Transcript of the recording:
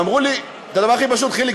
והן אמרו לי את הדבר הכי פשוט: חיליק,